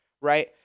Right